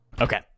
Okay